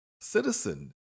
Citizen